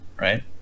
right